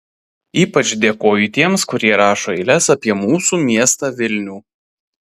ypač dėkoju tiems kurie rašo eiles apie mūsų miestą vilnių